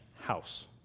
house